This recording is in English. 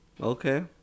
Okay